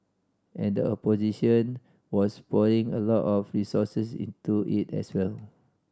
and the opposition was pouring a lot of resources into it as well